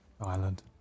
Island